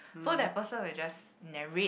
so that person will just narrate